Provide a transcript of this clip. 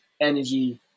energy